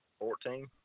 Fourteen